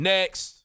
Next